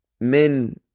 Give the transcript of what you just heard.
men